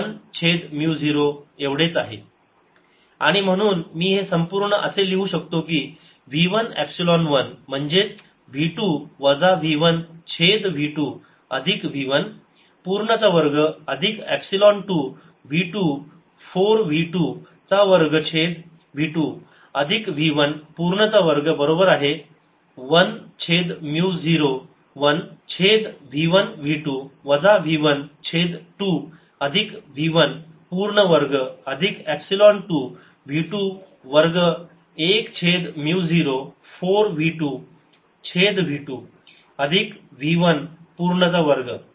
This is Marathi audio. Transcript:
SincidentSreflectedStransmitted 12v1uI12v1uR12v2uT v11EI2v11ER2v22ET2 v11ER2v22ET2v11v2 v12v2v122v24v22v2v12EI2v10 आणि म्हणून मी हे संपूर्ण असे लिहू शकतो की v 1 एपसिलोन1 म्हणजेच v 2 वजा v 1 छेद v 2 अधिक v1 पूर्ण चा वर्ग अधिक एपसिलोन 2 v 24 v 2 चा वर्ग छेद v 2 अधिक v 1 पूर्ण चा वर्ग बरोबर आहे 1 छेद म्यू 0 1 छेद v 1 v 2 वजा v 1 छेद 2 अधिक v 1 पूर्ण वर्ग अधिक एपसिलोन 2 v 2 वर्ग 1 छेद म्यू 0 4 v 2 छेद v 2 अधिक v 1 पूर्ण चा वर्ग